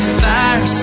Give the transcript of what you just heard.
fire